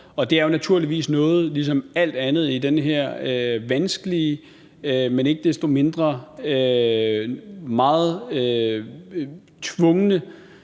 Det er jo naturligvis noget, ligesom alt andet i den her vanskelige, men ikke desto mindre meget tvungne